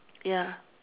ya